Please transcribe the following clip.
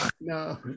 No